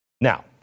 Now